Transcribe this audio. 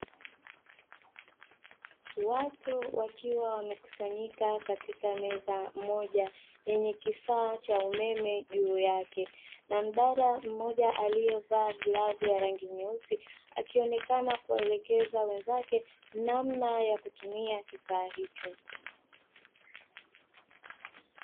Watu wakiwa wamekusanyika katika meza moja yenye kifaa cha umeme juu yake na mdada mmoja aliyevaa glavu ya rangi nyeusi akionekana kuwaelekeza wenzake namna ya kutumia kifaa hicho.